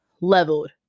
leveled